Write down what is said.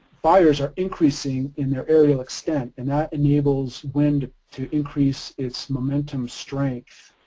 fires are increasing in there aerial extent and that enables wind to increase its momentum strength,